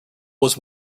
was